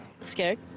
Scared